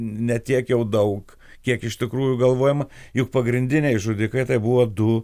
ne tiek jau daug kiek iš tikrųjų galvojam juk pagrindiniai žudikai tai buvo du